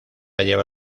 lleva